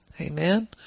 Amen